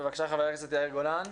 בבקשה, חבר הכנסת יאיר גולן.